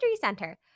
Center